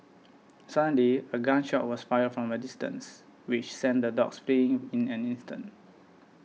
suddenly a gun shot was fired from a distance which sent the dogs fleeing in an instant